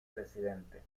residente